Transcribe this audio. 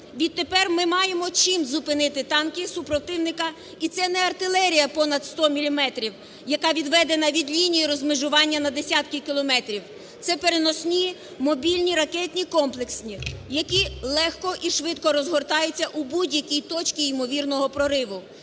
Відтепер ми маємо, чим зупинити танки супротивника, і це не артилерія понад 100 міліметрів, яка відведена від лінії розмежування на десятки кілометрів, це переносні мобільні ракетні комплекси, які легко і швидко розгортаються у будь-якій точці ймовірного прориву